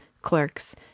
clerks